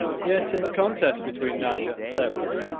yet, in the contest between niger and severus,